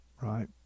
right